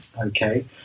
Okay